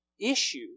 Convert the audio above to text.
issue